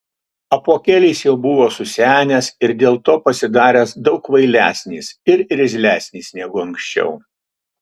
apuokėlis jau buvo susenęs ir dėl to pasidaręs daug kvailesnis ir irzlesnis negu anksčiau